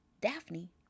Daphne